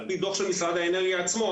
על פי דוח של משרד האנרגיה עצמו,